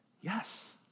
yes